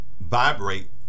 vibrate